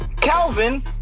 Calvin